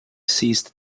ceased